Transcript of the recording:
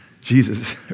Jesus